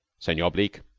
senor bleke,